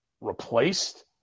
replaced